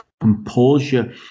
composure